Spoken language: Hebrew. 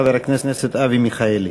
חבר הכנסת אבי מיכאלי.